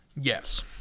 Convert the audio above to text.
Yes